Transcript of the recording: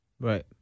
Right